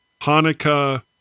Hanukkah